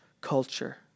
culture